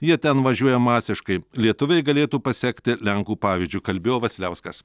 jie ten važiuoja masiškai lietuviai galėtų pasekti lenkų pavyzdžiu kalbėjo vasiliauskas